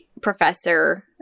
professor